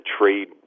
trade